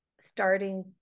starting